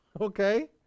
Okay